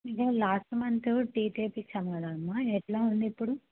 మేము last month teeth వేయించాం కదమ్మా ఎట్లా ఉంది ఇప్పుడు